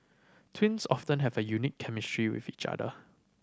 twins often have a unique chemistry with each other